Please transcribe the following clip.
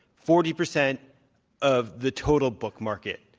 forty percent of the total book market.